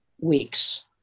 weeks